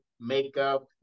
makeup